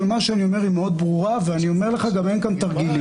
ומה שאני אומר מאוד ברור וגם אין כאן תרגילים.